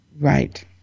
Right